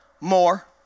more